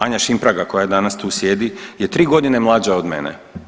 Anja Šimpraga koja danas tu sjedi je 3.g. mlađa od mene.